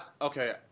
okay